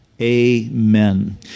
amen